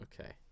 Okay